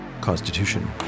Constitution